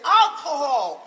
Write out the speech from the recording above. alcohol